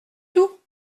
tout